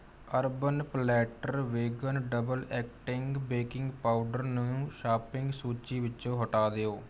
urban platter vegan double acting baking powder ਨੂੰ shopping ਸੂਚੀ ਵਿੱਚੋਂ ਹਟਾ ਦਿਓ